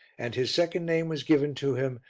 and his second name was given to him,